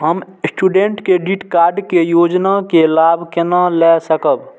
हम student credit card के योजना के लाभ केना लय सकब?